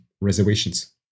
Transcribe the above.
reservations